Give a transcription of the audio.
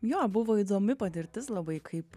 jo buvo įdomi patirtis labai kaip